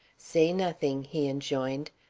say nothing, he enjoined.